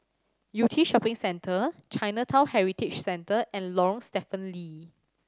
Yew Tee Shopping Centre Chinatown Heritage Centre and Lorong Stephen Lee